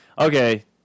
Okay